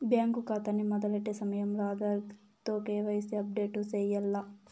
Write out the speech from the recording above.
bank కాతాని మొదలెట్టే సమయంలో ఆధార్ తో కేవైసీని అప్పుడేటు సెయ్యాల్ల